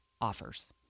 offers